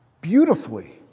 beautifully